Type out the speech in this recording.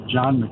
John